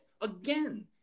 again